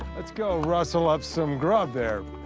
let's go rustle up some grub there,